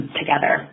together